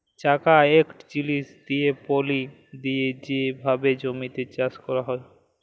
চাকা ইকট জিলিস দিঁয়ে পলি দিঁয়ে যে ভাবে জমিতে চাষ ক্যরা হয়